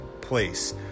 place